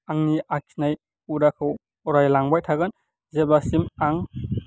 आंनि आखिनाय हुदाखौ अराय लांबाय थागोन जेब्लासिम आं